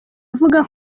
avuga